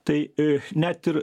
tai a net ir